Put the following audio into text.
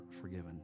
forgiven